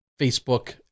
Facebook